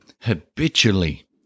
Habitually